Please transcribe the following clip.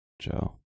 Joe